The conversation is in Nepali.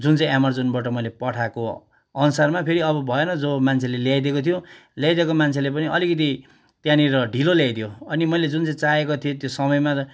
जुन चाहिँ एमाजोनबाट मैले पठाएको अनुसारमा फेरि अब भएन जो मान्छेले ल्याइदिएको थियो ल्याइदिएको मान्छेले पनि अलिकति त्यहाँनिर ढिलो ल्याइदियो अनि मैले जुन चाहिँ चाहेको थिएँ त्यो समयमा र